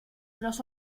los